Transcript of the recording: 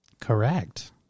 Correct